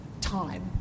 time